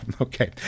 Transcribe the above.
Okay